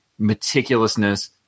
meticulousness